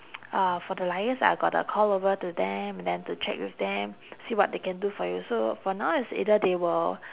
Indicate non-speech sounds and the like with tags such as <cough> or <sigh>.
<noise> uh for the liaise I got to call over to them and then to check with them see what they can do for you so for now it's either they will